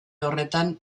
horretan